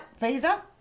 Visa